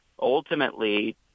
ultimately